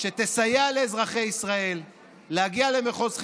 שתסייע לאזרחי ישראל להגיע למחוז חפצם: